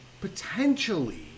potentially